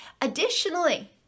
additionally